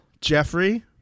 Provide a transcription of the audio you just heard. Jeffrey